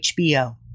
HBO